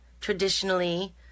traditionally